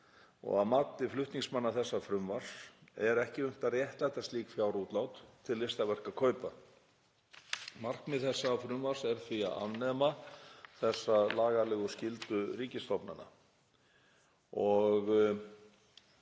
og að mati flutningsmanna þessa frumvarps er ekki unnt að réttlæta slík fjárútlát til listaverkakaupa. Markmið þessa frumvarps er því að afnema þessa lagalegu skyldu ríkisstofnana